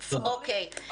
אוקיי.